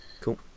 Cool